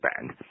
bank